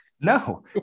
No